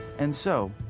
and so,